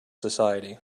society